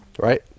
right